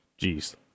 Jeez